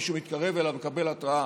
מי שמתקרב אליו מקבל התרעה